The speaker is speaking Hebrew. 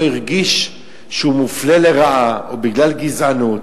הרגיש שהוא מופלה לרעה או שזה בגלל גזענות.